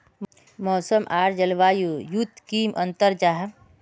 मौसम आर जलवायु युत की अंतर जाहा?